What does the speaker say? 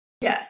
Yes